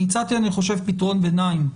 אני הצעתי פתרון ביניים,